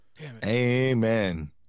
Amen